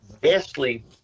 vastly